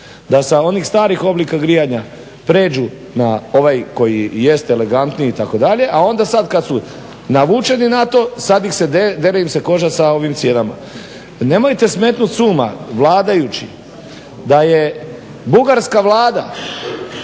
da sa onih starih oblika grijanja pređu na ovaj koji jest elegantniji itd., a onda sad kad su navučeni na to dere mi se koža sa ovim cijenama. Nemojte smetnut s uma vladajući da je Bugarska vlada